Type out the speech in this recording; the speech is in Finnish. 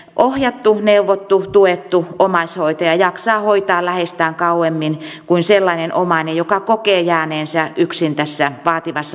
ohjattu neuvottu tuettu omaishoitaja jaksaa hoitaa läheistään kauemmin kuin sellainen omainen joka kokee jääneensä yksin tässä vaativassa hoitotehtävässään